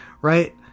right